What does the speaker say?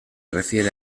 refiere